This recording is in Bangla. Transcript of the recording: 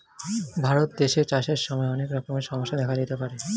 ভারত দেশে চাষের সময় অনেক রকমের সমস্যা দেখা দিতে পারে